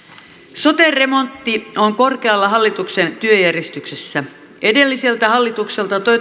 sote remontti on korkealla hallituksen työjärjestyksessä edelliseltä hallitukselta